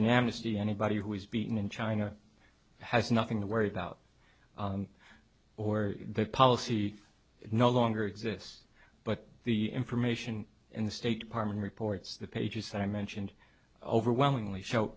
an amnesty anybody who was beaten in china has nothing to worry about or that policy no longer exists but the information and the state department reports the pages that i mentioned overwhelmingly show